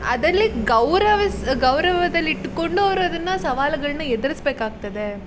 ಅದ್ರಲ್ಲಿ ಗೌರವಿಸ ಗೌರವದಲ್ಲಿ ಇಟ್ಟುಕೊಂಡು ಅವರು ಅದನ್ನು ಸವಾಲುಗಳನ್ನ ಎದುರಿಸಬೇಕಾಗ್ತದೆ